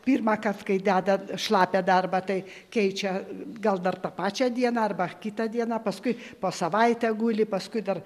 pirmąkart kai deda šlapią darbą tai keičia gal dar tą pačią dieną arba kitą dieną paskui po savaitę guli paskui dar